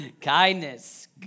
Kindness